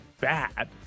bad